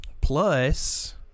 Plus